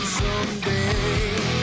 someday